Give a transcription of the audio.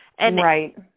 Right